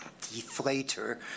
deflator